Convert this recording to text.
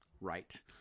Right